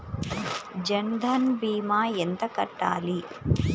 జన్ధన్ భీమా ఎంత కట్టాలి?